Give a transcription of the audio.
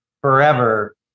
forever